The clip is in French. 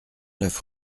neuf